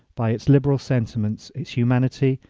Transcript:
by its liberal sentiments, its humanity,